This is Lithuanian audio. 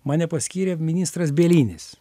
mane paskyrė ministras bielinis